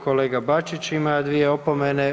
Kolega Bačić ima dvije opomene.